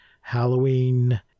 Halloween